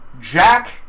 Jack